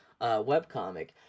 webcomic